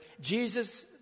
Jesus